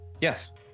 Yes